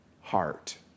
heart